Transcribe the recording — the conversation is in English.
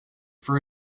for